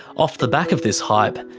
off the back of this hype,